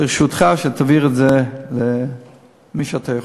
ברשותך, שתעביר את זה למי שאתה יכול.